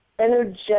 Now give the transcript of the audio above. energetic